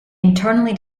internally